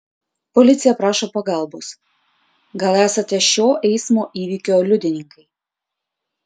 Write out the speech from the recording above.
policija prašo pagalbos gal esate šio eismo įvykio liudininkai